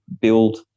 build